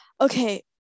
Okay